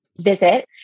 visit